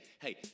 hey